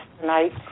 tonight